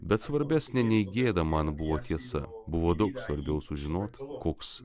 bet svarbesnė nei gėda man buvo tiesa buvo daug svarbiau sužinoti koks